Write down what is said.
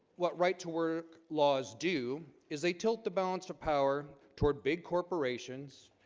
what right-to-work laws? do is they tilt the balance of power toward big corporations?